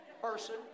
person